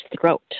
throat